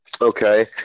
Okay